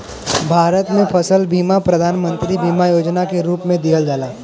भारत में फसल बीमा प्रधान मंत्री बीमा योजना के रूप में दिहल जाला